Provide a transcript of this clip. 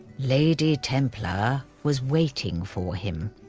lady templar was waiting for him.